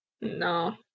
No